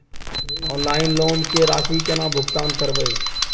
Online loan के राशि केना भुगतान करबे?